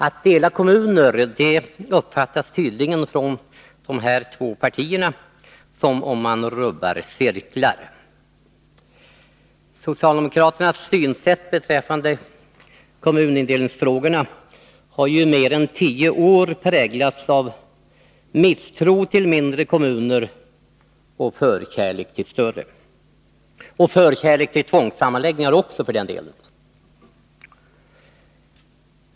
Att dela kommuner uppfattas tydligen från de här två partiernas sida som att man rubbar cirklar. Socialdemokraternas synsätt i kommunindelningsfrågorna har i mer än tio år präglats av misstro mot mindre kommuner och förkärlek för större — och förkärlek också för tvångssammanläggningar, för den delen.